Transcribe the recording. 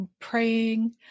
praying